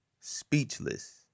Speechless